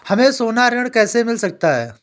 हमें सोना ऋण कैसे मिल सकता है?